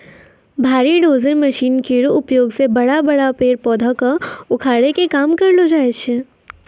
भारी dozer machine केरो उपयोग सें बड़ा बड़ा पेड़ पौधा क उखाड़े के काम करलो जाय छै